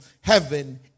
heaven